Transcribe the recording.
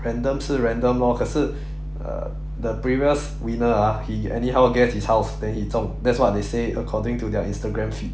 random 是 random lor 可是 uh the previous winner ah he anyhow guess his house then he 中 that's what they say according to their Instagram feed